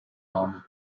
nome